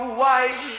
white